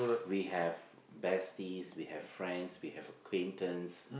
we have besties we have friends we have acquaintances